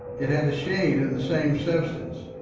it had a shade of the same substance,